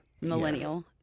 millennial